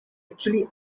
actually